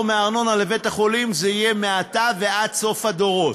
מארנונה לבית-החולים זה יהיה מעתה ועד סוף הדורות,